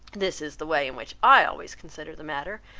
this is the way in which i always consider the matter,